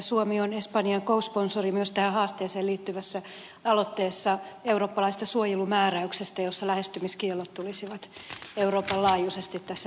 suomi on espanjan co sponsori myös tähän haasteeseen liittyvässä aloitteessa eurooppalaisesta suojelumääräyksestä jossa lähestymiskiellot tulisivat euroopan laajuisiksi tässä lähisuhdeväkivaltatyössä